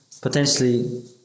potentially